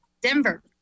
Denver